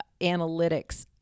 analytics